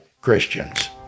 Christians